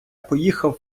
поїхав